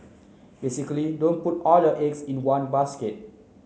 basically don't put all your eggs in one basket